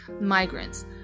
migrants